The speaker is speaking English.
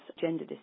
gender